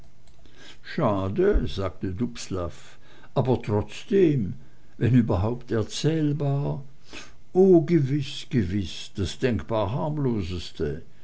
schade sagte dubslav aber trotzdem wenn überhaupt erzählbar oh gewiß gewiß das denkbar harmloseste